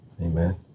Amen